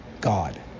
God